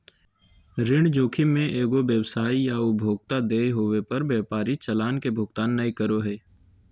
ऋण जोखिम मे एगो व्यवसाय या उपभोक्ता देय होवे पर व्यापारी चालान के भुगतान नय करो हय